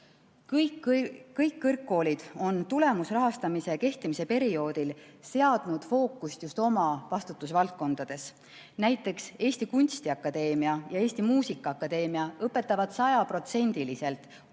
Kõik kõrgkoolid on tulemusrahastamise kehtimise perioodil seadnud fookust just oma vastutusvaldkondades. Näiteks Eesti Kunstiakadeemia ja Eesti Muusikaakadeemia õpetavad